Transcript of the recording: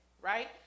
right